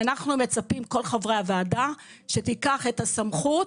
ואנחנו מצפים, כל חברי הוועדה, שתיקח את הסמכות.